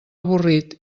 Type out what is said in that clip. avorrit